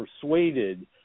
persuaded